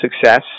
success